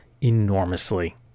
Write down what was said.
enormously